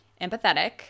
empathetic